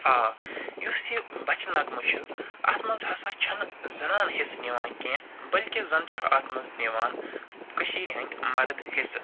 آ یُس یہِ بچہٕ نغمہٕ چھُ اَتھ منٛز ہَسا چھَنہٕ زنانہٕ حِصہٕ نوان کیٚنٛہہ بٔلکہِ زَن چھِ اَتھ منٛز نِوان کٔشیٖرِ ہنٛدۍ مرٕد حِصہٕ